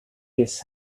his